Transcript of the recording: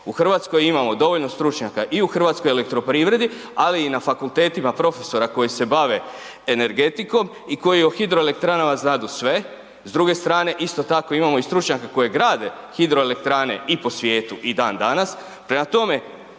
U Hrvatskoj imamo dovoljno stručnjaka i u HEP-u ali i na fakultetima profesora koji se bave energetikom i koji o hidroelektranama znadu sve, s druge strane isto tako imamo i stručnjaka koji grade hidroelektrane i po svijetu i dandanas. Prema tome,